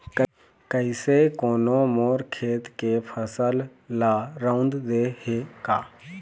कइसे कोनो मोर खेत के फसल ल रंउद दे हे का?